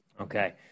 Okay